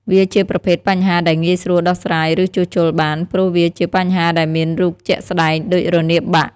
វាជាប្រភេទបញ្ហាដែលងាយស្រួលដោះស្រាយ ឬជួសជុលបាន ព្រោះវាជាបញ្ហាដែលមានរូបជាក់ស្ដែងដូចរនាបបាក់។